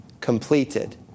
completed